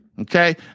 Okay